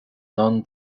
non